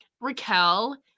Raquel